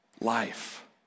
life